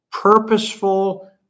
purposeful